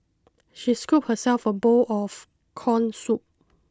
she scooped herself a bowl of corn soup